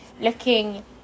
looking